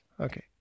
Okay